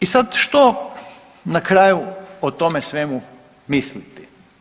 I sad što na kraju o tome svemu misliti.